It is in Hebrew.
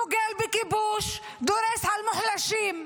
דוגל בכיבוש, דורס מוחלשים.